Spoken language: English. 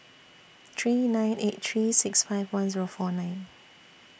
three nine eight three six five one Zero four nine